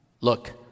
Look